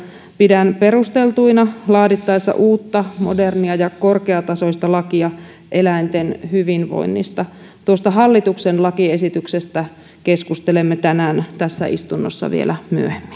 pidän perusteltuina laadittaessa uutta modernia ja korkeatasoista lakia eläinten hyvinvoinnista tuosta hallituksen lakiesityksestä keskustelemme tänään tässä istunnossa vielä